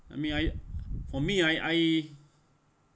I mean I for me I I